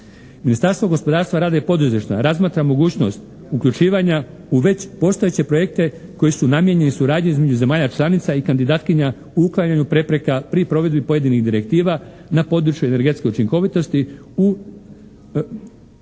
Ministarstvo gospodarstva, rada i poduzetništva razmatra mogućnost uključivanja u već postojeće projekte koji su namijenjeni suradnji između zemalja članica i kandidatkinja u uklanjanju prepreka pri provedbi pojedinih direktiva na području energetske učinkovitosti u